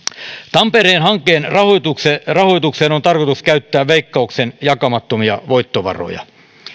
tampereen hankkeen rahoitukseen rahoitukseen on tarkoitus käyttää veikkauksen jakamattomia voittovaroja